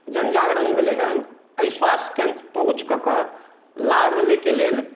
जनजागरण भेलै हन एहि स्वास्थ्य केन्द्र पहुँच के लाभ लय के लेल